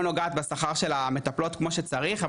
נוגעת לשכר של המטפלות כמו שצריך,